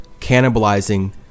cannibalizing